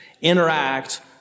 interact